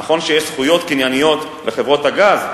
נכון שיש זכויות קנייניות לחברות הגז,